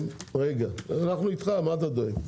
אנחנו אתך, מחמוד, מה אתה דואג?